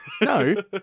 No